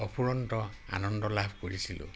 অফুৰন্ত আনন্দ লাভ কৰিছিলোঁ